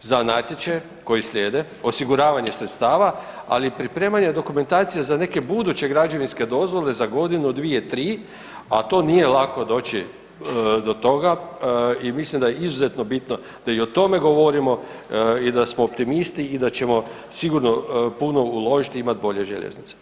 za natječaje koji slijede, osiguravanje sredstava, ali i pripremanje dokumentacije za neke buduće građevinske dozvole za godinu, dvije, tri, a to nije lako doći do toga i mislim da je izuzetno bitno da i o tome govorimo i sa smo optimisti i da ćemo sigurno puno uložiti i imati bolje željeznice.